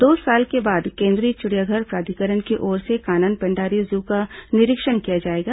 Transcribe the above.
दो साल के बाद केंद्रीय चिड़ियाधर प्राधिकरण की ओर से कानन पेंडारी जू का निरीक्षण किया जाएगा